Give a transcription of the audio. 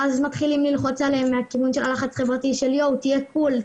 ואז מתחילים ללחוץ עליהם מהכיוון של הלחץ החברתי של תהיה קול,